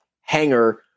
hanger